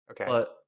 okay